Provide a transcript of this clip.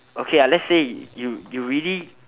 okay lah let's say you you really